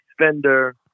spender